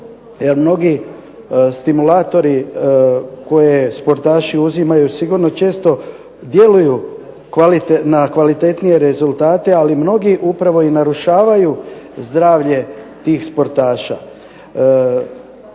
mnogi stimulatori koje sportaši uzimaju sigurno često djeluju na kvalitetnije rezultate, ali mnogi upravo i narušavaju zdravlje tih sportaša.